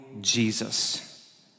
Jesus